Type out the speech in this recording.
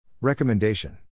Recommendation